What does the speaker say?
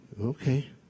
Okay